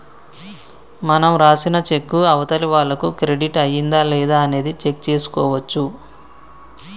మనం రాసిన చెక్కు అవతలి వాళ్లకు క్రెడిట్ అయ్యిందా లేదా అనేది చెక్ చేసుకోవచ్చు